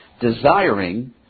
desiring